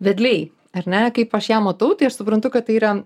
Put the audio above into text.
vedliai ar ne kaip aš ją matau tai aš suprantu kad tai yra